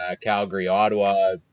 Calgary-Ottawa